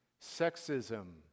sexism